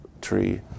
tree